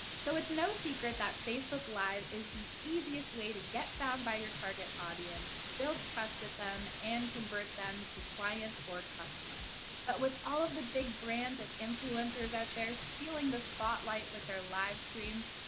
so it's no secret that facebook live is the easiest way to get found by your target audience, increase trust with them, and convert them to clients or customers. but with all of the big brands and influencers out there stealing the spotlight with their live streams,